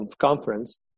conference